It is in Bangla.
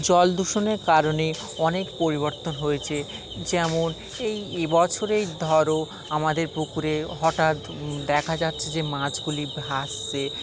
জল দূষণের কারণে অনেক পরিবর্তন হয়েছে যেমন এই এ বছরেই ধরো আমাদের পুকুরে হঠাৎ দেখা যাচ্ছে যে মাছগুলি ভাসছে